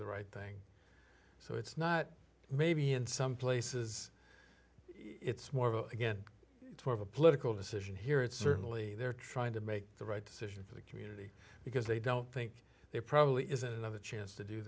the right thing so it's not maybe in some places it's more of a again it's more of a political decision here it's certainly they're trying to make the right decision for the community because they don't think there probably is another chance to do